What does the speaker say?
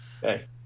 hey